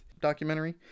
documentary